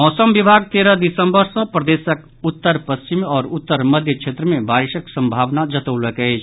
मौसम विभाग तेरह दिसम्बर सॅ प्रदेशक उत्तर पश्चिम आओर उत्तर मध्य क्षेत्र मे बारिशक संभावना जतौलक अछि